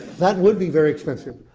that would be very expensive,